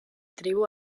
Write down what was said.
tribu